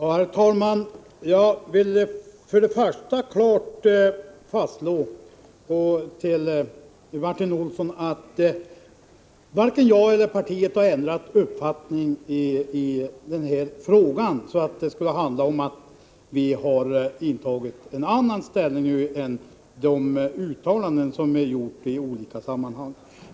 Herr talman! Jag vill först och främst klart slå fast att varken jag eller partiet har ändrat uppfattning i den här frågan. Vi har inte intagit någon annan ställning än den som har redovisats i uttalanden som gjorts i olika sammanhang.